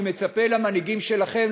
אני מצפה למנהיגים שלכם,